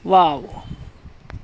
wow